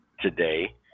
today